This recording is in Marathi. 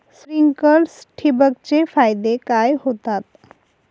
स्प्रिंकलर्स ठिबक चे फायदे काय होतात?